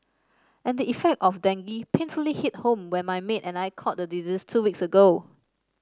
and the effects of dengue painfully hit home when my maid and I caught the disease two weeks ago